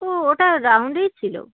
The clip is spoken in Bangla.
ও ওটা রাউন্ডেই ছিলো